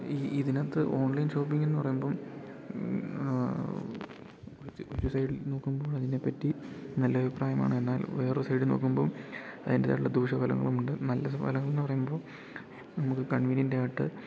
ഈ ഇതിനാത്ത് ഓൺലൈൻ ഷോപ്പിങ്ങ്ന്ന് പറയുമ്പം ഒരു സൈ ഒരു സൈഡിൽ നോക്കുമ്പോൾ അതിനെപ്പറ്റി നല്ല അഭിപ്രായമാണ് എന്നാൽ വേറൊരു സൈഡി നോക്കുമ്പോൾ അതിന്റേതായിട്ടുള്ള ദൂഷ്യ ഫലങ്ങളുമുണ്ട് നല്ല ഫലങ്ങൾന്ന് പറയുമ്പൊ നമുക്ക് കൺവീനിയന്റായിട്ട്